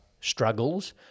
struggles